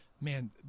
man